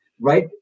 right